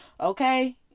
okay